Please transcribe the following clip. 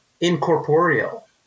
incorporeal